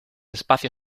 espacio